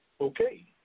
okay